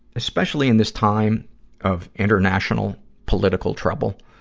especially in this time of international, political trouble.